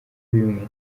bimwe